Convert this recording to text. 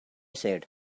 said